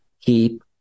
Keep